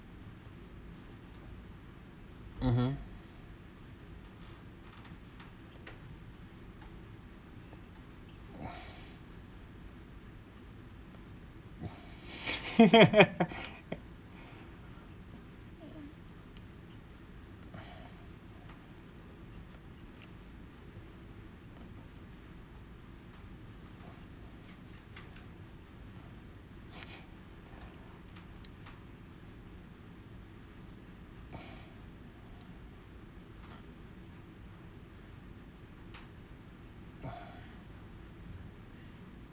mmhmm mm